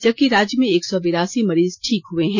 जबकि राज्य में एक सौ बेरासी मरीज ठीक हुए हैं